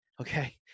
okay